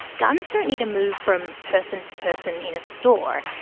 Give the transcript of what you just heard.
guns don't need to move from person to person in a store.